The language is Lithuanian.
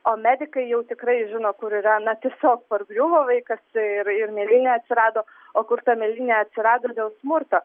o medikai jau tikrai žino kur yra na tiesiog pargriuvo vaikas ir ir mėlynė atsirado o kur ta mėlynė atsirado dėl smurto